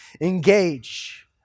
Engage